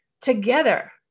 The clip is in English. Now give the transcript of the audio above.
together